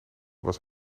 was